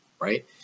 right